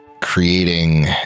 creating